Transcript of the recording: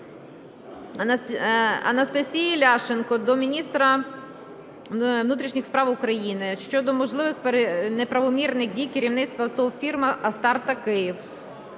Анастасії Ляшенко до міністра внутрішніх справ України щодо можливих неправомірних дій керівництва ТОВ ФІРМА "АСТАРТА-КИЇВ".